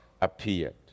appeared